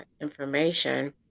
information